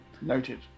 Noted